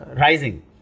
rising